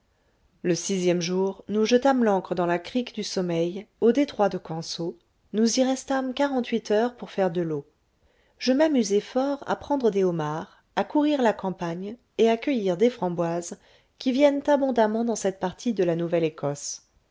le sixième jour nous jetâmes l'ancre dans la crique du sommeil au détroit de canso nous y restâmes quarante-huit heures pour faire de l'eau je m'amusai fort à prendre des homards à courir la campagne et à cueillir des framboises qui viennent abondamment dans cette partie de la nouvelle écosse